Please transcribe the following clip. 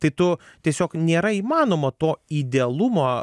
tai tu tiesiog nėra įmanoma to idealumo